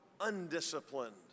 undisciplined